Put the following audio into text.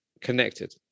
connected